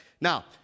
Now